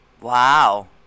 Wow